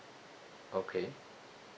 okay